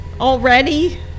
already